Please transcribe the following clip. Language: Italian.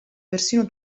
persino